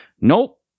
nope